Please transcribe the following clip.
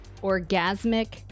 orgasmic